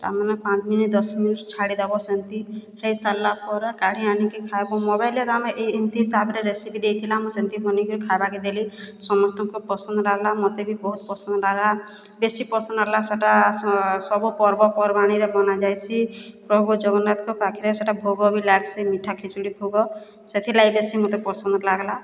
ତାମାନେ ପାଞ୍ଚ୍ ମିନିଟ୍ ଦଶ୍ ମିନିଟ୍ ଛାଡ଼ିଦେବ ସେନ୍ତି ହେଇସାର୍ଲା ପରେ କାଢ଼ି ଆଣିକି ଖାଏବ ମୋବାଇଲ୍ରେ ତ ଆମେ ଏନ୍ତି ହିସାବରେ ରେସିପି ଦେଇଥିଲା ମୁଁ ସେନ୍ତି ବନେଇକିରି ଖାଇବାକେ ଦେଲି ସମସ୍ତଙ୍କୁ ପସନ୍ଦ୍ ଲାଗ୍ଲା ମତେ ବି ବହୁତ୍ ପସନ୍ଦ୍ ଲାଗ୍ଲା ବେଶୀ ପସନ୍ଦ୍ ଲାଗ୍ଲା ସେଟା ସବୁ ପର୍ବପର୍ବାଣିରେ ବନାଯାଏସି ପ୍ରଭୁ ଜଗନ୍ନାଥଙ୍କ ପାଖ୍ରେ ସେଟା ଭୋଗ ବି ଲାଗ୍ସି ମିଠା ଖୀଚିଡ଼ି ଭୋଗ ସେଥିଲାଗି ବେଶୀ ମତେ ପସନ୍ଦ୍ ଲାଗ୍ଲା